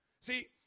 See